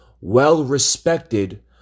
well-respected